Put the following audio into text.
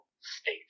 state